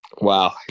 Wow